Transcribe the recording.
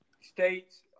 states